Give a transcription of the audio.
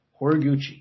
Horiguchi